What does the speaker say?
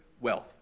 wealth